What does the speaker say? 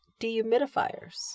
dehumidifiers